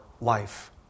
life